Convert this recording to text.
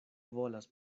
volas